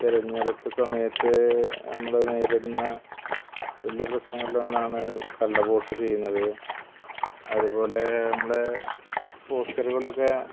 തിരഞ്ഞെടുപ്പ് സമയത്ത് നമ്മൾ നേരിടുന്ന വലിയ പ്രശ്നങ്ങളില് ഒന്നാണ് കള്ളവോട്ട് ചെയ്യുന്നത് അതുപോലെ നമ്മളെ പോസ്റ്ററുകളൊക്കെ